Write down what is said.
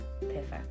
perfect